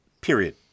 period